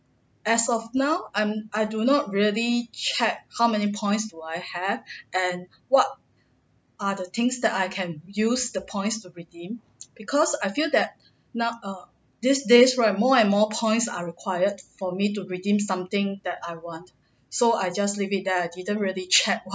as of now I'm I do not really check how many points do I have and what are the things that I can use the points to redeem because I feel that now err these days right more and more points are required for me to redeem something that I want so I just leave it there I didn't really check what